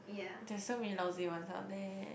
there's so many lousy ones out there